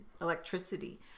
electricity